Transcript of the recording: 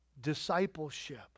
discipleship